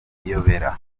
iyobera